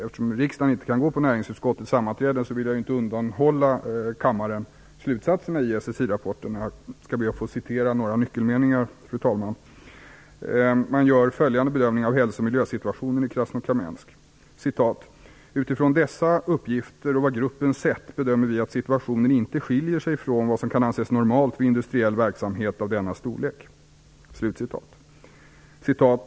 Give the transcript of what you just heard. Eftersom riksdagen inte kan gå på näringsutskottets sammanträden vill jag inte undanhålla kammaren slutsatserna i SSI-rapporten. Jag skall, fru talman, be att få citera några nyckelmeningar. Man gör följande bedömning av hälso och miljösituationen i Krasnokamensk: "Utifrån dessa uppgifter och vad gruppen sett bedömer vi att situationen inte skiljer sig från vad som kan anses normalt vid industriell verksamhet av denna storlek.